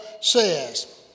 says